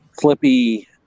flippy